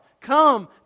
Come